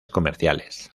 comerciales